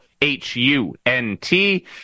H-U-N-T